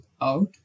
out